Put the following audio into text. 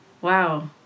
Wow